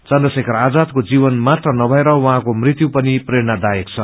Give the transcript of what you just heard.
चन्द्रशेखर आजादको जीवन मात्र नभएर उहाँको मृत्यु पनि प्रेरणादायक छ